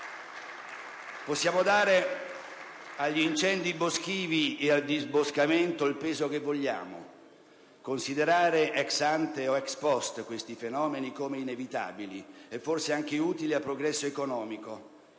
Possiamo dare agli incendi boschivi e al disboscamento il peso che vogliamo, considerare *ex ante* o *ex post* questi fenomeni come inevitabili e forse anche utili al progresso economico,